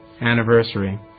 anniversary